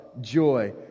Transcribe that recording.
joy